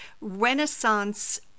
renaissance